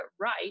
right